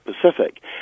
pacific